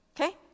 Okay